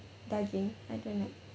daging I don't like